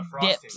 dips